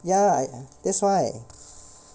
ya eh that's why